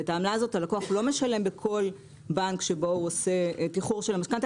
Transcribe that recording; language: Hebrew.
ואת העמלה הזאת הלקוח לא משלם בכל בנק שבו הוא עושה תיחור של המשכנתה